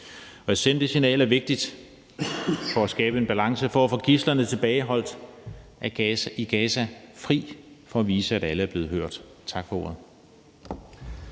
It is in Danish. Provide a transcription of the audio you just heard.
At sende det signal er vigtigt for at skabe en balance og for at få gidslerne tilbageholdt i Gaza fri og for at vise, at alle er blevet hørt. Tak for ordet.